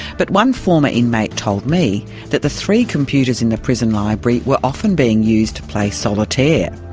but one former inmate told me that the three computers in the prison library were often being used to play solitaire.